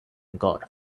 god